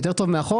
יותר טוב מהחוק?